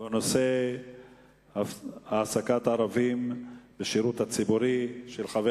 בנושא העסקת ערבים בשירות הציבורי, של חבר